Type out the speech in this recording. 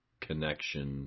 connection